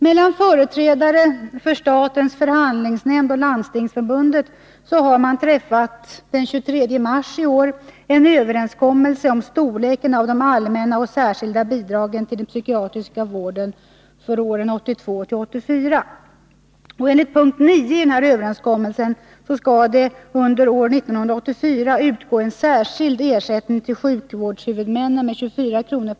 Mellan företrädare för statens förhandlingsnämnd och Landstingsförbundet har det den 23 mars i år träffats en överenskommelse om storleken av de allmänna och särskilda bidragen till den psykiatriska vården för åren 1982-1984. Enligt punkt 9 i överenskommelsen skall under år 1984 utgå en särskild ersättning till sjukvårdshuvudmännen med 24 kr.